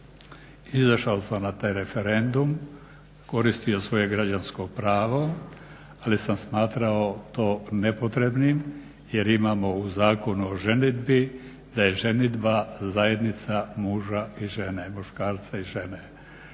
izašao sam na taj referendum, koristio svoje građansko pravo ali sam smatrao to nepotrebnim jer imamo u Zakonu o ženidbi da je ženidba zajednica muža i žene, muškarca i žene.